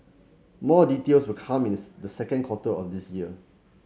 more details will come the second quarter of this year